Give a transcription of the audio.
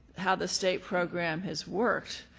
how the state program has worked,